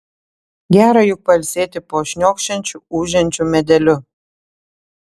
gera juk pailsėti po šniokščiančiu ūžiančiu medeliu